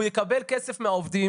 הוא יקבל כסף מהעובדים.